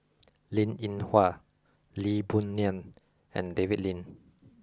Linn In Hua Lee Boon Ngan and David Lim